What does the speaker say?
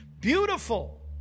beautiful